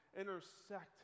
intersect